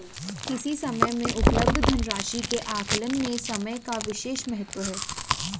किसी समय में उपलब्ध धन राशि के आकलन में समय का विशेष महत्व है